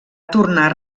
tornar